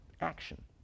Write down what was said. action